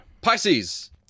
Pisces